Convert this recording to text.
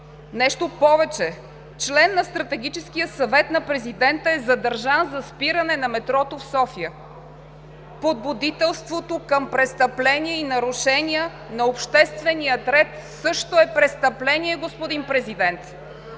Нещо повече, член на Стратегическия съвет на президента е задържан за спиране на метрото в София. Подбудителството към престъпления и нарушения на обществения ред също е престъпление, господин Президент!